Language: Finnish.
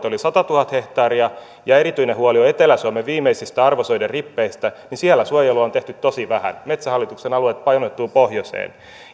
oli satatuhatta hehtaaria erityinen huoli on etelä suomen viimeisistä arvosoiden rippeistä ja siellä suojelua on tehty tosi vähän metsähallituksen alue painottuu pohjoiseen